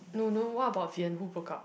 no no what about Vian who broke up